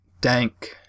dank